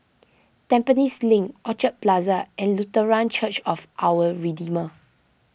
Tampines Link Orchid Plaza and Lutheran Church of Our Redeemer